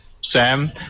Sam